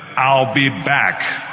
i'll be back